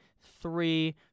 three